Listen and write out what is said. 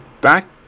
back